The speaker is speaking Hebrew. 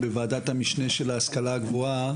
של ועדת המשנה של ההשכלה הגבוהה,